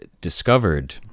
discovered